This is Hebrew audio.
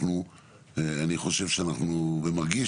אני חושב ומרגיש,